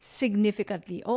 significantly